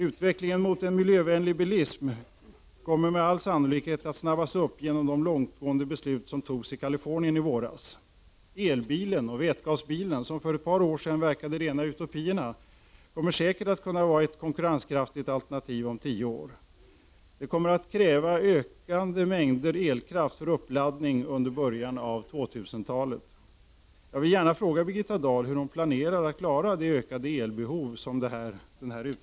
Utvecklingen mot en miljövänlig bilism kommer med all sannolikhet att ske fortare genom de långtgående beslut som togs i Kalifornien i våras. Elbilen och vätgasbilen, som för ett par år sedan verkade vara utopier, kommer säkert att kunna vara ett konkurrenskraftigt alternativ om tio år. De kommer att kräva en ökande mängd elkraft för uppladdning under början av 2000-talet.